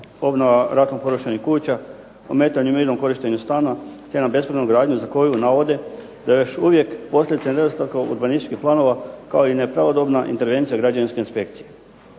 obnova ratom porušenih kuća, ometanje u mirnom korištenju stana, te na bespravnu gradnju za koju navode da još uvijek posljedica nedostatka urbanističkih planova, kao i nepravodobna intervencija građevinske inspekcije.